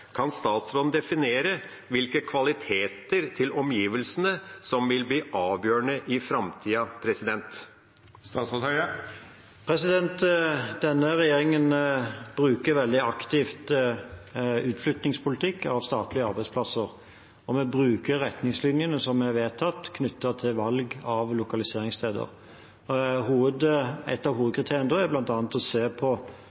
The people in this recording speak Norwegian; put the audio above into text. Kan statsråden definere hvilke kvaliteter til omgivelsene som vil bli avgjørende i framtida? Denne regjeringen bruker veldig aktivt utflyttingspolitikk hva gjelder statlige arbeidsplasser, og vi bruker retningslinjene som er vedtatt, knyttet til valg av lokaliseringssteder. Et av